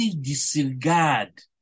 disregard